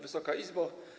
Wysoka Izbo!